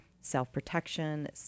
self-protection